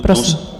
Prosím.